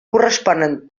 corresponen